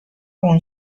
اون